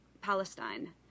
Palestine